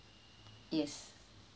yes